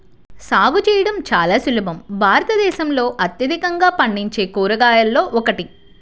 సాగు చేయడం చాలా సులభం భారతదేశంలో అత్యధికంగా పండించే కూరగాయలలో ఒకటి